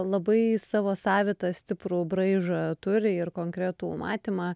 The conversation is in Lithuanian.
labai savo savitą stiprų braižą turi ir konkretų matymą